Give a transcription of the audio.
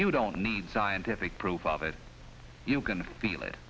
you don't need scientific proof of it you can feel it